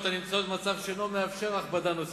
הנמצאות במצב שאינו מאפשר הכבדה נוספת.